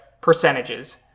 percentages